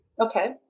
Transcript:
Okay